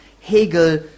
Hegel